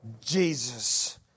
Jesus